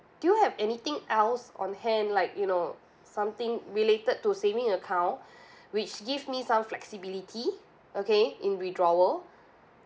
do you have anything else on hand like you know something related to saving account which give me some flexibility okay in withdrawal